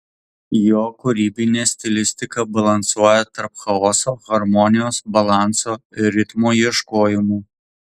jo kūrybinė stilistika balansuoja tarp chaoso harmonijos balanso ir ritmo ieškojimų